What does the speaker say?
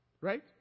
right